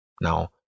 Now